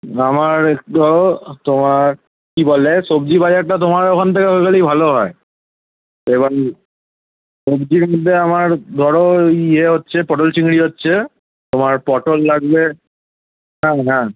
আমার ধরো তোমার কী বলে সবজি বাজারটা তোমার ওখান থেকে হয়ে গেলেই ভালো হয় এবাং সবজির মধ্যে আমার ধরো ইয়ে হচ্ছে পটল চিংড়ি হচ্ছে তোমার পটল লাগবে হ্যাঁ হ্যাঁ